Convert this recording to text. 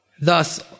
Thus